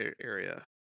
area